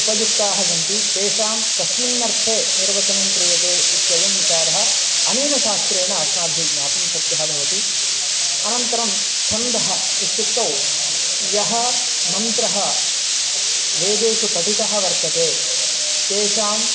उपयुक्ताः सन्ति तेषां कस्मिन्नर्थे निर्वचनं क्रियते इत्ययं विचारः अनेन शास्त्रेण अस्माभिः ज्ञातुं शक्यः भवति अनन्तरं छन्दः इत्युक्तौ यः मन्त्रः वेदेषु पठितः वर्तते तेषां